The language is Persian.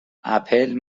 اپل